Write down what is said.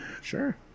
Sure